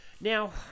Now